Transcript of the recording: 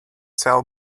sell